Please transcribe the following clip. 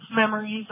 memories